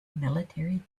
military